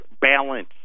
balance